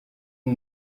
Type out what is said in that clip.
iyo